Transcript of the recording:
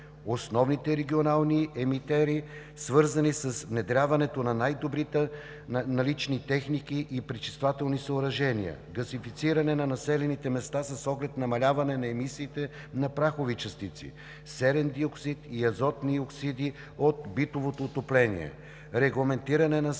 основните регионални емитери, свързани с внедряването на най-добрите налични техники и пречиствателни съоръжения; газифициране на населените места с оглед намаляване на емисиите на прахови частици, серен диоксид и азотни оксиди от битовото отопление; регламентиране на